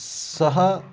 सः